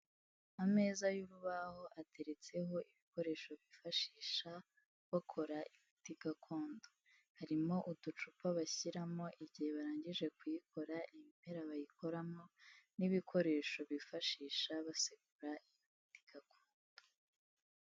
Ameza y'urubaho ateretseho ibikoresho bifashisha bakora imiti gakondo. Harimo uducupa bashyiramo igihe barangije kuyikora, ibimerara bayikoramo, n'ibikoresho bifashisha basekura imiti gakondo.